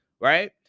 Right